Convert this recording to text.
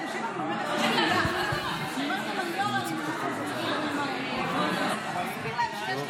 אדוני היושב-ראש, כנסת נכבדה, מכובדי השר,